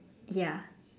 ya